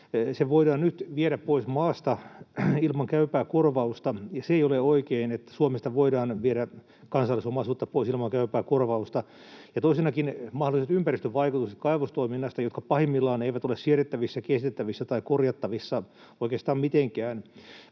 voidaan nyt viedä pois maasta ilman käypää korvausta ja se ei ole oikein, että Suomesta voidaan viedä kansallisomaisuutta pois ilman käypää korvausta. Ja toisenakin kaivostoiminnan mahdolliset ympäristövaikutukset, jotka pahimmillaan eivät ole siedettävissä ja kestettävissä tai korjattavissa oikeastaan mitenkään.